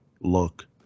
look